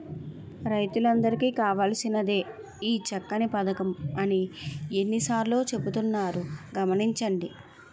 రైతులందరికీ కావాల్సినదే ఈ చక్కని పదకం అని ఎన్ని సార్లో చెబుతున్నారు గమనించండి